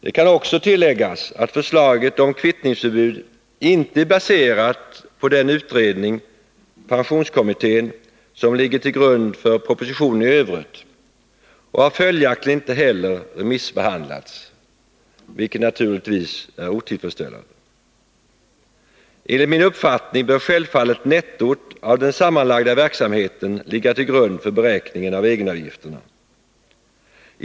Det kan också tilläggas att förslaget om kvittningsförbud inte är baserat på den utredning, pensionskommittén, som ligger till grund för propositionen i övrigt, och det har följaktligen heller inte remissbehandlats, vilket naturligtvis är otillfredsställande. Enligt min uppfattning bör självfallet nettot av den sammanlagda verksamheten ligga till grund för beräkningen av egenavgifterna.